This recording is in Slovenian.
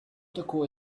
tako